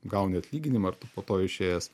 gauni atlyginimą ar tu po to išėjęs